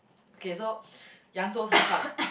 okay so